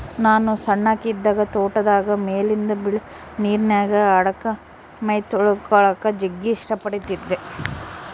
ನಾನು ಸಣ್ಣಕಿ ಇದ್ದಾಗ ತೋಟದಾಗ ಮೇಲಿಂದ ಬೀಳೊ ನೀರಿನ್ಯಾಗ ಆಡಕ, ಮೈತೊಳಕಳಕ ಜಗ್ಗಿ ಇಷ್ಟ ಪಡತ್ತಿದ್ದೆ